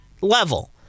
level